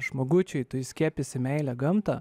žmogučiui tu įskiepysi meilę gamtą